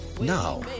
Now